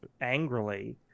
angrily